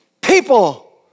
people